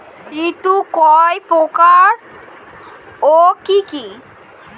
ঋণ কয় প্রকার ও কি কি?